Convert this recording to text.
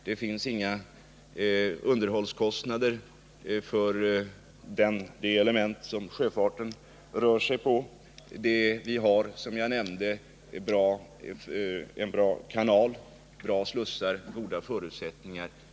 Det finns inga underhållskostnader för det element som sjöfarten rör sig på. Vi har, som jag nämnde, en bra kanal, bra slussar, goda förutsättningar.